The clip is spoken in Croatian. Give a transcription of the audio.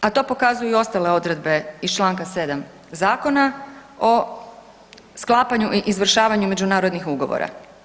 A to pokazuju i ostale odredbe iz Članak 7. Zakona o sklapanju i izvršavanju međunarodnih ugovora.